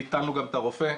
ביטלנו גם את הרופא,